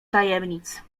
tajemnic